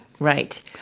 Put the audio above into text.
Right